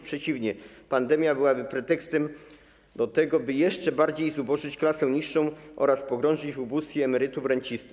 Przeciwnie, pandemia byłaby pretekstem do tego, by jeszcze bardziej zubożyć klasę niższą oraz pogrążyć w ubóstwie emerytów i rencistów.